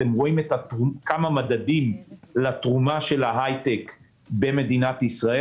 אתם רואים כמה מדדים לתרומה של ההייטק במדינת ישראל.